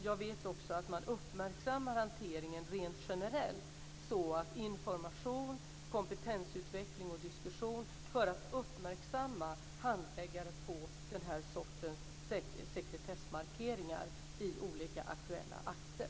Jag vet också att man uppmärksammar hanteringen rent generellt: Med information, kompetensutveckling och diskussion vill man uppmärksamma handläggare på den här sortens sekretessmarkeringar i olika aktuella akter.